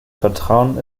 vertrauen